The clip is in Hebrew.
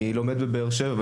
אני לומד בבאר-שבע,